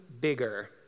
bigger